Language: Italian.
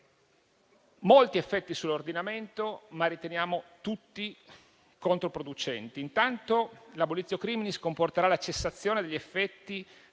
molti effetti sull'ordinamento, ma li riteniamo tutti controproducenti. Intanto l'*abolitio criminis* comporterà la cessazione degli effetti